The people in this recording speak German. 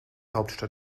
hauptstadt